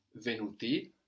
venuti